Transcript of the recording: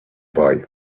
boy